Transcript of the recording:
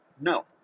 No